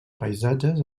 paisatges